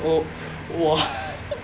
oh !wah!